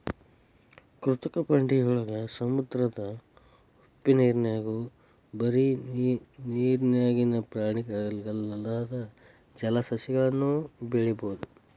ಕೃತಕ ಬಂಡೆಯೊಳಗ, ಸಮುದ್ರದ ಉಪ್ಪನೇರ್ನ್ಯಾಗು ಬರಿ ನೇರಿನ್ಯಾಗಿನ ಪ್ರಾಣಿಗಲ್ಲದ ಜಲಸಸಿಗಳನ್ನು ಬೆಳಿಬೊದು